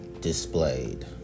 displayed